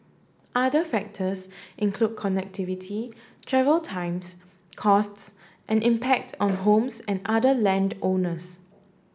other factors include connectivity travel times costs and impact on homes and other land owners